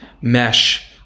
mesh